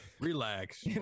relax